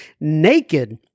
naked